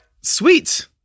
Sweet